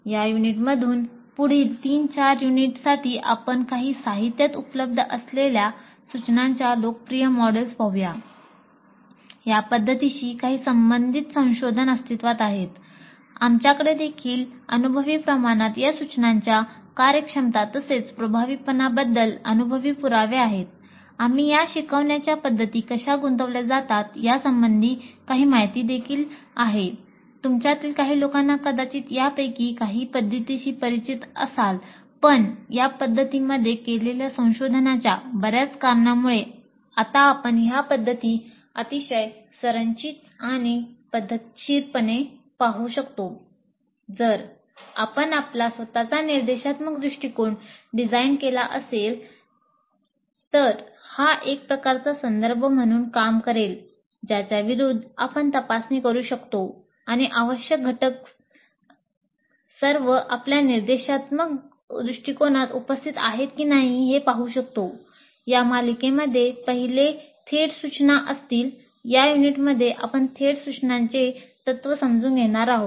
या युनिटमधून पुढील 3 4 युनिट्ससाठी आपण काही साहित्यात उपलब्ध असलेल्या सूचनांच्या लोकप्रिय मॉडेल्स तत्त्व समजून घेणार आहोत